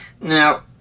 Now